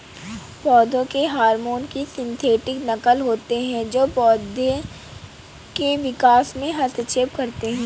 पौधों के हार्मोन की सिंथेटिक नक़ल होते है जो पोधो के विकास में हस्तक्षेप करते है